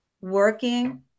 working